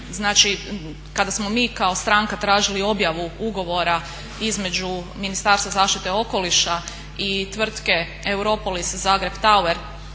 znači kada smo mi kao stranka tražili objavu ugovora između Ministarstva zaštite okoliša i tvrtke Europolis Zagreb tower